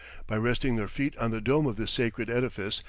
by resting their feet on the dome of this sacred edifice,